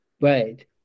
Right